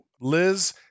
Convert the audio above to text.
Liz